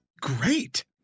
great